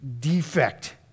defect